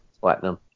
platinum